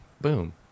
Boom